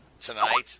tonight